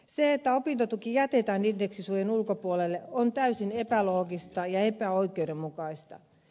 se että opintotuki jätetään indeksisuojan ulkopuolelle on täysin epäloogista ja epäoikeudenmukaista